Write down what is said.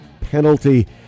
penalty